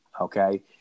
Okay